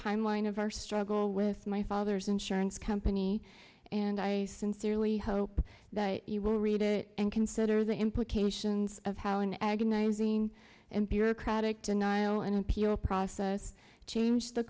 timeline of our struggle with my father's insurance company and i sincerely hope that you will read it and consider the implications of how an agonizing and bureaucratic denial and appeal process changed the